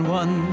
one